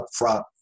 upfront